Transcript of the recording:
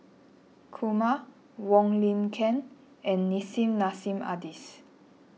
Kumar Wong Lin Ken and Nissim Nassim Adis